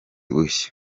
bushya